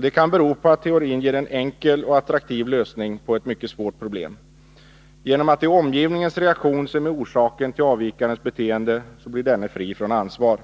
Det kan bero på att teorin ger en enkel och attraktiv lösning på ett mycket svårt problem. Genom att det är omgivningens reaktion som är orsaken till avvikarens beteende blir denne fri från ansvar.